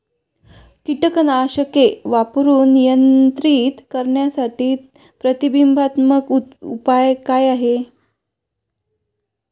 कीटकनाशके वापरून नियंत्रित करण्यासाठी प्रतिबंधात्मक उपाय काय आहेत?